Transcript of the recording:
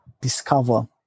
discover